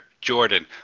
Jordan